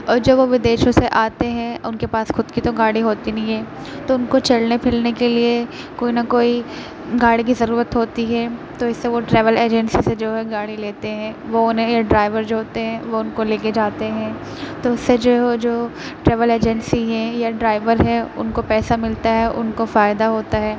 اور جب وہ ودیشوں سے آتے ہیں اور ان کے پاس خود کی تو گاڑی ہوتی نہیں ہے تو ان کو چلنے پھرنے کے لیے کوئی نہ کوئی گاڑی کی ضرورت ہوتی ہے تو اس سے وہ ٹراویل ایجنسی سے جو ہے گاڑی لیتے ہیں وہ انہیں یہ ڈرائیور جو ہوتے ہیں وہ ان کو لے کے جاتے ہیں تو اس سے جو ہے وہ جو ٹراویل ایجنسی ہیں یا ڈرائیور ہے ان کو پیسہ ملتا ہے ان کو فائدہ ہوتا ہے